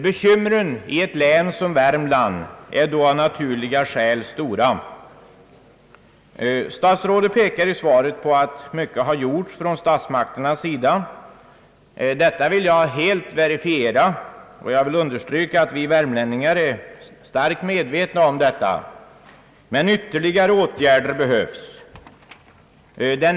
Bekymren i ett län som Värmland är då av naturliga skäl svåra. Statsrådet pekar i svaret på att mycket har gjorts från statsmakternas sida. Detta vill jag helt verifiera, och jag vill understryka att vi värmlänningar är i hög grad medvetna om detta. Men ytterligare åtgärder behövs.